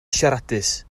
siaradus